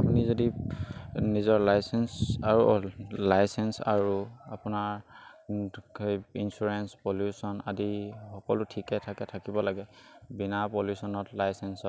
আপুনি যদি নিজৰ লাইচেঞ্চ আৰু লাইচেঞ্চ আৰু আপোনাৰ হেৰি ইঞ্চুৰেঞ্চ পলিউশ্যন আদি সকলো ঠিকে থাকে থাকিব লাগে বিনা পলিউশ্যনত লাইচেঞ্চত